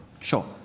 Sure